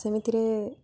ସେମିତିରେ